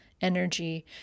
energy